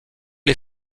les